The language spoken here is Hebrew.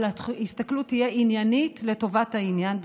אבל ההסתכלות תהיה עניינית לטובת העניין,